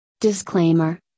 Disclaimer